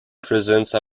presence